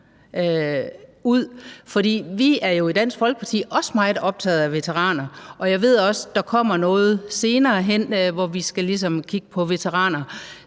vi er jo i Dansk Folkeparti også meget optaget af veteraner, og jeg ved, at der også kommer noget senere hen, hvor vi ligesom skal kigge på det med